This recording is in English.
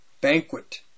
banquet